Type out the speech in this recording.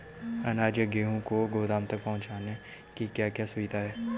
अनाज या गेहूँ को गोदाम तक पहुंचाने की क्या क्या सुविधा है?